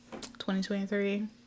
2023